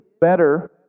better